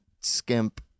skimp